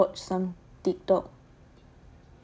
I just watch some tiktok